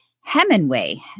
Hemingway